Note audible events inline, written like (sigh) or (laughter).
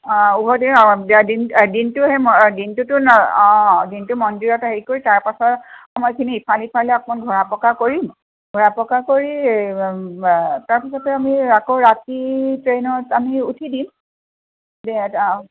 অঁ দিনটো দিনটো সেই (unintelligible) দিনটোতো অঁ দিনটো মন্দিৰত হেৰি কৰি তাৰপাছৰ সময়খিনি ইফাল সিফালে অকণ ঘূৰা পকা কৰিম ঘূৰা পকা কৰি তাৰপিছতে আমি আকৌ ৰাতি ট্ৰেইনত আমি উঠি দিম অঁ